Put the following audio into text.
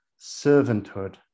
servanthood